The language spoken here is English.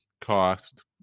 cost